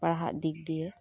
ᱯᱟᱲᱦᱟᱜ ᱫᱤᱠ ᱫᱤᱭᱮ